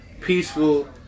peaceful